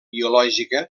biològica